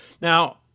Now